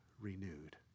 renewed